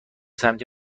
سمت